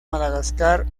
madagascar